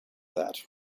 that